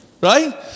Right